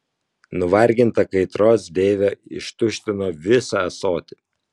nuvarginta kaitros deivė ištuštino visą ąsotį